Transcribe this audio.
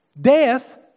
Death